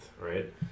right